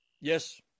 Yes